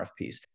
RFPs